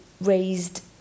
raised